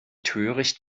töricht